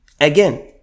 Again